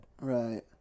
Right